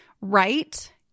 Right